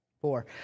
four